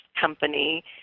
company